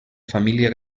família